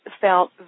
felt